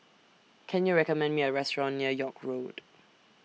Can YOU recommend Me A Restaurant near York Road